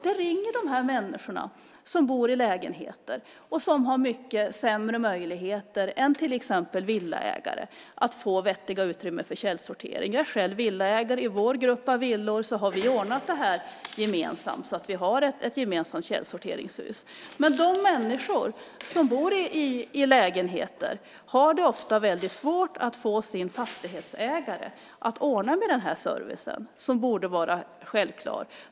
Det ringer människor som bor i lägenheter och som har mycket sämre möjligheter än till exempel villaägare att få vettiga utrymmen för källsortering. Jag är själv villaägare, och i vår grupp av villor har vi ordnat så att vi har ett gemensamt källsorteringshus. Men de människor som bor i lägenheter har ofta väldigt svårt att få sin fastighetsägare att ordna med denna service, som borde vara självklar.